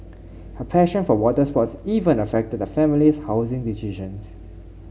her passion for water sports even affected the family's housing decisions